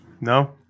No